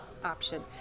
option